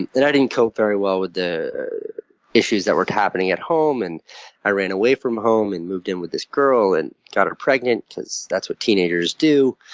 and i didn't cope very well with the issues that were happening at home. and i ran away from home and moved in with this girl and got her pregnant, because that's what teenagers do.